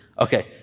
Okay